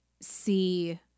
see